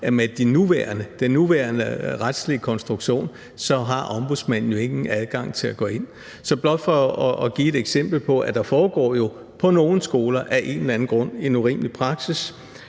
at med den nuværende retslige konstruktion har Ombudsmanden ingen adgang til at gå ind. Så det er blot for at give et eksempel på, at der på nogle skoler af en eller anden grund er en urimelig praksis.